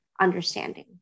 understanding